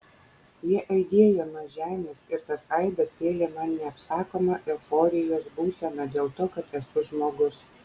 jie aidėjo nuo žemės ir tas aidas kėlė man neapsakomą euforijos būseną dėl to kad esu žmogus